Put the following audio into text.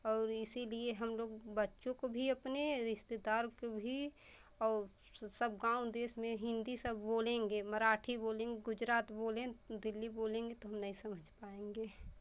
और इसीलिए हम लोग बच्चों को भी अपने रिश्तेदार को भी और सब गाँव देश में हिन्दी सब बोलेंगे मराठी बोलेंगे गुजराती बोलें दिल्ली बोलेंगे तो हम नहीं समझ पाएँगे